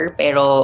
pero